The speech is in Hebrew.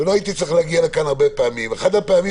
ולא הייתי צריך להגיע לכאן הרבה פעמים אחת הפעמים